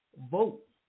vote